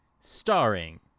starring